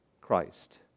Christ